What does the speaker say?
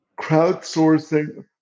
crowdsourcing